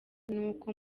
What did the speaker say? n’uko